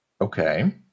Okay